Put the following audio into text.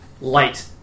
light